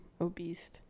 obese